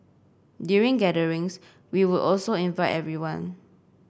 during gatherings we would also invite everyone